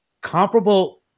comparable